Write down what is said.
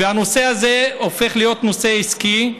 והנושא הזה הופך להיות נושא עסקי,